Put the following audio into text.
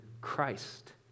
Christ